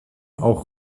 auch